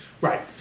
Right